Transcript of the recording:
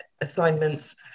assignments